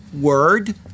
word